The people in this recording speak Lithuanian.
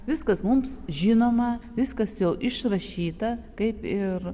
viskas mums žinoma viskas jau išrašyta kaip ir